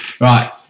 Right